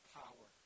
power